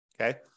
Okay